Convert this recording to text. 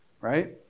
right